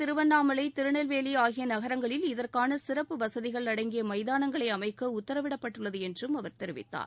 திருவண்ணாமலை திருநெல்வேலி ஆகிய நகரங்களில் இதற்கான சிறப்பு வசதிகள் அடங்கிய மைதானங்களை அமைக்க உத்தரவிடப்பட்டுள்ளது என்றும் அவர் தெரிவித்தார்